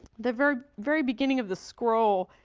the very very beginning of the scroll,